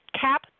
cap